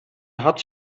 had